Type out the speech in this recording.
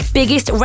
biggest